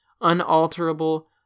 unalterable